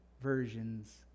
versions